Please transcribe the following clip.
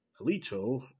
Alito